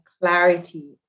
clarity